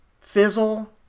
Fizzle